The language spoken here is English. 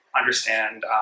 understand